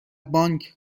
بانک